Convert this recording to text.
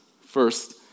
First